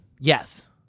Yes